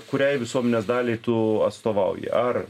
kuriai visuomenės daliai tu atstovauji ar